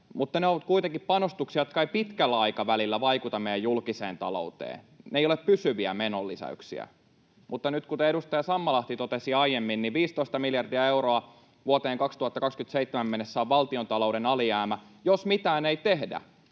mutta ne ovat kuitenkin panostuksia, jotka eivät pitkällä aikavälillä vaikuta meidän julkiseen talouteen. Ne eivät ole pysyviä menonlisäyksiä. Mutta nyt, kuten edustaja Sammallahti totesi aiemmin, 15 miljardia euroa vuoteen 2027 mennessä on valtiontalouden alijäämä, jos mitään ei tehdä